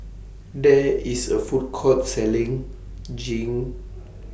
There IS A Food Court Selling Jing